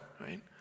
right